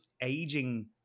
aging